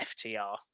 FTR